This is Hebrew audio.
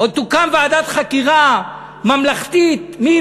עוד תוקם ועדת חקירה ממלכתית לבדוק מי